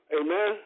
Amen